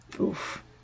Oof